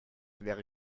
wäre